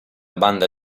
banda